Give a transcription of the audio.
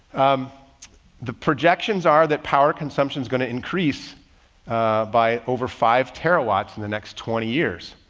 um the projections are that power consumption is going to increase by over five terawatts in the next twenty years,